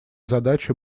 задачи